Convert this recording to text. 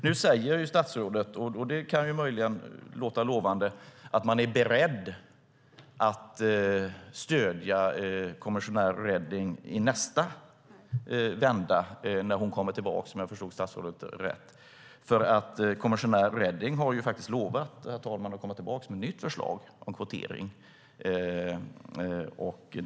Nu säger statsrådet, och det kan möjligen låta lovande, att man är beredd att stödja kommissionär Reding i nästa vända när hon kommer tillbaka, om jag förstod statsrådet rätt. Kommissionär Reding har faktiskt lovat att komma tillbaka med ett nytt förslag om kvotering.